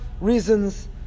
reasons